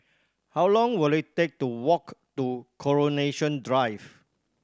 how long will it take to walk to Coronation Drive